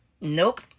Nope